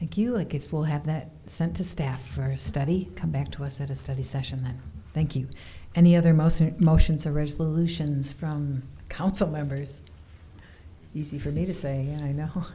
thank you i guess we'll have that sent to staff for study come back to us at a study session thank you and the other most motions are resolutions from council members easy for me to say i know